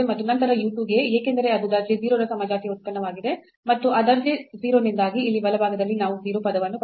ಮತ್ತು ನಂತರ u 2 ಗೆ ಏಕೆಂದರೆ ಅದು ದರ್ಜೆ 0 ನ ಸಮಜಾತೀಯ ಉತ್ಪನ್ನವಾಗಿದೆ ಮತ್ತು ಆ ದರ್ಜೆ 0 ನಿಂದಾಗಿ ಇಲ್ಲಿ ಬಲಭಾಗದಲ್ಲಿ ನಾವು 0 ಪದವನ್ನು ಪಡೆಯುತ್ತೇವೆ